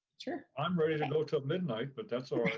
i'm ready to go till midnight, but that's all right.